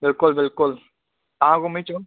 बिल्कुलु बिल्कुलु तव्हां घुमी अचो